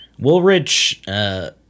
Woolrich